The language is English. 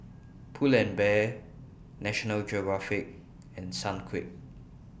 Pull and Bear National Geographic and Sunquick